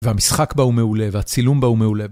והמשחק בו הוא מעולה והצילום בו הוא מעולה